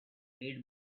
made